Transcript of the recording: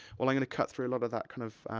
well, i'm gonna cut through a lot of that kind of,